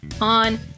On